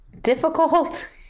difficult